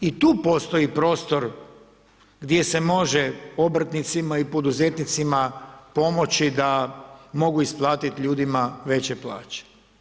I tu postoji prostor gdje se može obrtnicima i poduzetnicima pomoći da mogu isplatiti ljudima veće plaće.